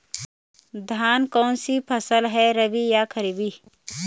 धान कौन सी फसल है रबी या खरीफ?